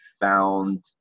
found